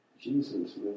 Jesus